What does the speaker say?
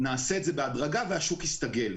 נעשה את זה בהדרגה והשוק יסתגל.